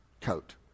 coat